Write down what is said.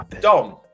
Dom